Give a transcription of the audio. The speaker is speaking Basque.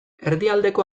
erdialdeko